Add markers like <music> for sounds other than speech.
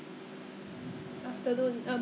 morning good morning !wah! 都要 afternoon 了 leh <laughs>